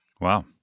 Wow